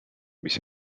mis